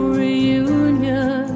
reunion